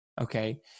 Okay